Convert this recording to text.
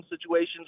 situations